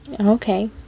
Okay